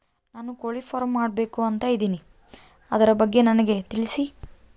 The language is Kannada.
ನಾನು ಕೋಳಿ ಫಾರಂ ಮಾಡಬೇಕು ಅಂತ ಇದಿನಿ ಅದರ ಬಗ್ಗೆ ನನಗೆ ತಿಳಿಸಿ?